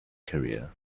career